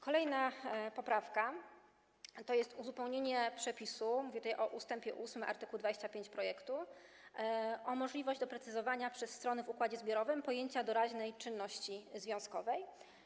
Kolejna poprawka to jest uzupełnienie przepisu, mówię tutaj o art. 25 ust. 8 projektu, o możliwość doprecyzowania przez strony w układzie zbiorowym pojęcia doraźnej czynności związkowej.